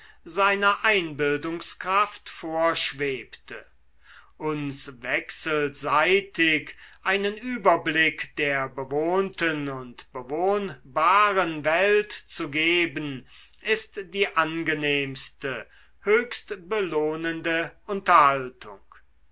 seiner einbildungskraft vorschwebte uns wechselseitig einen überblick der bewohnten und bewohnbaren welt zu geben ist die angenehmste höchst belohnende unterhaltung